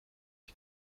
die